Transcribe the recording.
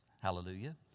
hallelujah